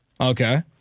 Okay